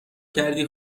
کردی